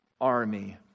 army